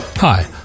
Hi